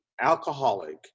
alcoholic